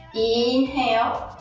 inhale,